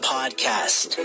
Podcast